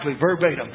verbatim